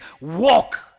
walk